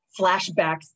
flashbacks